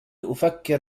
أفكر